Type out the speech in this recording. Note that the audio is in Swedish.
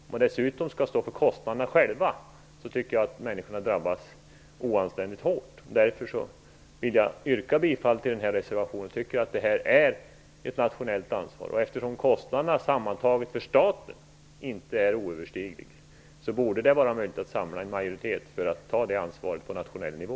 Om man dessutom själv skall stå för kostnaderna tycker jag att dessa människor drabbas oanständigt hårt. Därför yrkar jag bifall till reservation 3. Jag tycker att det är fråga om ett nationellt ansvar. Eftersom de sammantagna kostnaderna inte är oöverstigliga för staten, borde det vara möjligt att samla en majoritet för att ta det ansvaret på nationell nivå.